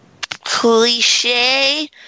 cliche